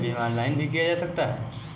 क्या बीमा ऑनलाइन भी किया जा सकता है?